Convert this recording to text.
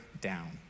down